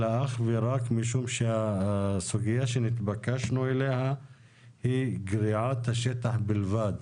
אלא אך ורק משום שהסוגיה שנתבקשנו אליה היא גריעת השטח בלבד.